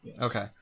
Okay